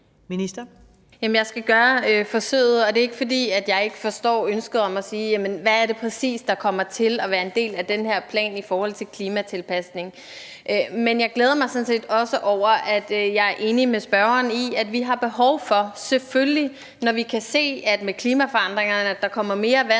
jeg skal gøre forsøget. Det er ikke, fordi jeg ikke forstår ønsket om at få at vide, hvad det præcis er, der kommer til at være en del af den her plan i forhold til klimatilpasning. Jeg glæder mig sådan set også over, at jeg er enig med spørgeren, når vi kan se, at der med klimaforandringerne kommer mere vand